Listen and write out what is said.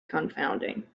confounding